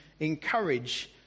encourage